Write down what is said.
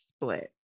split